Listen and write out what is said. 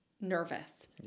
nervous